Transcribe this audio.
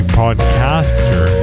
podcaster